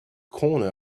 corner